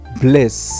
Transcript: bliss